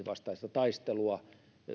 vastaista taistelua